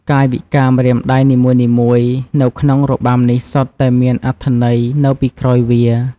កាយវិការម្រាមដៃនីមួយៗនៅក្នុងរបាំនេះសុទ្ធតែមានអត្ថន័យនៅពីក្រោយវា។